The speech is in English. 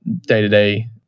day-to-day